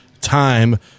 time